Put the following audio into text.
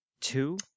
two